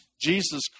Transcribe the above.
Jesus